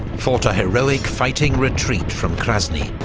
fought a heroic fighting retreat from krasny,